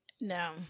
No